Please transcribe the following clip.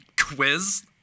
quiz